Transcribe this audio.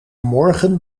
morgen